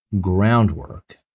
groundwork